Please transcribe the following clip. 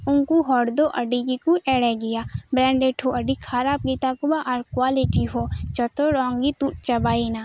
ᱩᱱᱠᱩ ᱦᱚᱲ ᱫᱚ ᱟᱹᱰᱤ ᱜᱮᱠᱚ ᱮᱲᱮ ᱜᱮᱭᱟ ᱵᱨᱮᱱᱰᱮᱴ ᱦᱚᱸ ᱟᱹᱰᱤ ᱠᱷᱟᱨᱟᱯ ᱜᱮᱛᱟ ᱠᱚᱣᱟ ᱟᱨ ᱠᱳᱣᱟᱞᱤᱴᱤ ᱦᱚᱸ ᱡᱚᱛᱚ ᱨᱚᱝ ᱜᱮ ᱛᱩᱫ ᱪᱟᱵᱟᱭᱮᱱᱟ